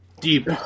Deep